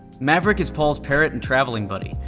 maverick is paul's parrot and traveling buddy.